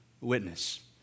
witness